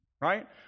right